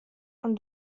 fan